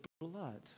blood